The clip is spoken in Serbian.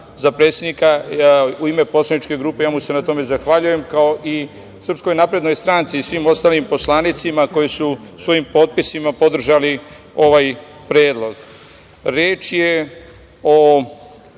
za predsednika. U ime poslaničke grupe ja mu se na tome zahvaljujem, kao i SNS i svim ostalim poslanicima koji su svojim potpisima podržali ovaj predlog. Reč je o